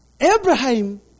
Abraham